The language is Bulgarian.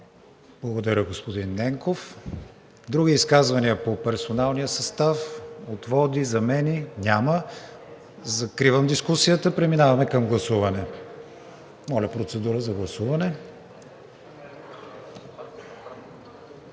Благодаря, господин Ненков. Други изказвания по персоналния състав – отводи, замени? Няма. Закривам дискусията. Преминаваме към гласуване. Гласували